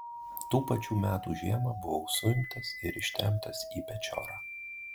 tų pačių metų žiemą buvau suimtas ir ištremtas į pečiorą